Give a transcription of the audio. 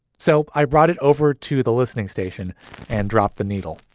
so i brought it over to the listening station and dropped the needle